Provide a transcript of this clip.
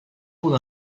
qu’on